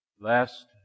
last